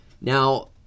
Now